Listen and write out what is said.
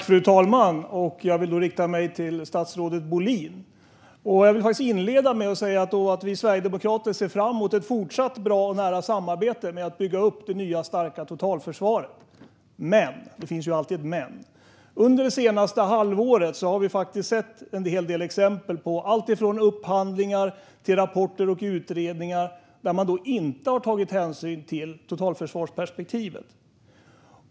Fru talman! Jag vill rikta mig till statsrådet Bohlin. Vi sverigedemokrater ser fram emot ett fortsatt bra och nära samarbete för att bygga upp det nya starka totalförsvaret. Men - det finns alltid ett men - under det senaste halvåret har vi sett en hel del exempel på alltifrån upphandlingar till rapporter och utredningar där man inte har tagit hänsyn till totalförsvarsperspektivet.